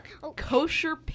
Kosher